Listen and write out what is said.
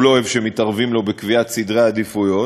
שהוא לא אוהב שמתערבים לו בקביעת סדרי עדיפויות.